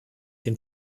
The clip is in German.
den